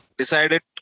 decided